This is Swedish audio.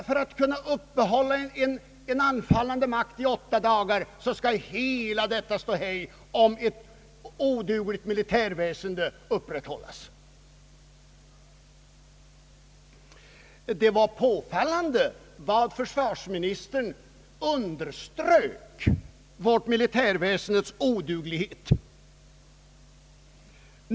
För att kunna uppehålla en anfallande makt i åtta dagar skall alltså hela detta ståhej om ett odugligt militärväsende upprätthållas. Det var påfallande hur försvarsministern underströk vårt militärväsendes oduglighet.